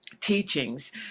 teachings